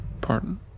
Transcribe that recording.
Pardon